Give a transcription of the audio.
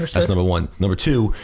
that's number one. number two,